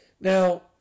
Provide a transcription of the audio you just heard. Now